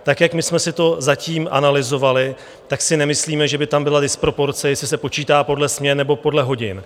Tak jak my jsme si to zatím analyzovali, tak si nemyslíme, že by tam byla disproporce, jestli se počítá podle směn, nebo podle hodin.